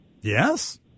Yes